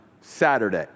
Saturday